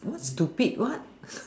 what stupid what